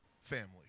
family